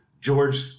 George